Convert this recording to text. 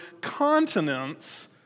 continents